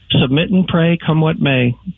submit-and-pray-come-what-may